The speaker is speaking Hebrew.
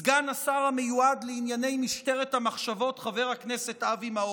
סגן השר המיועד לענייני משטרת המחשבות חבר הכנסת אבי מעוז.